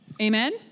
Amen